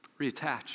Reattach